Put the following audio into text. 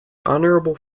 honourable